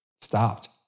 stopped